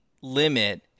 limit